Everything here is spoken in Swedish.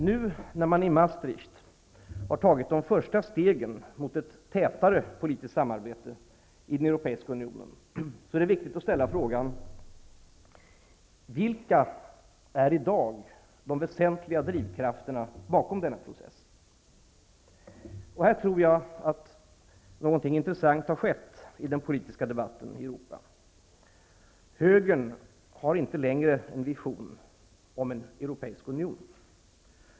Nu när man i Maastricht har tagit de första stegen mot ett tätare politiskt samarbete i den europeiska unionen är det viktigt att ställa frågan: Vilka är i dag de väsentliga drivkrafterna bakom denna process? Här tror jag att någonting intressant har skett i den politiska debatten i Högern har inte längre en vision om en europeisk union.